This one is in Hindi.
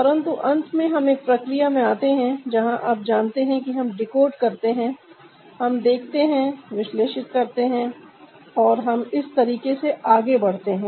परंतु अंत में हम एक प्रोसेस या प्रक्रिया में आते हैं जहां आप जानते हैं कि हम डिकोड करते हैं हम देखते है विश्लेषित करते हैं और हम इस तरीके से आगे बढ़ते हैं